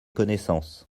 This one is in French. connaissances